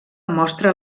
mostra